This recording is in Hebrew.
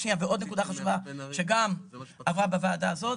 ועוד נקודה חשובה שגם עברה בוועדה הזאת,